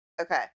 Okay